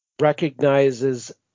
recognizes